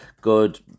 good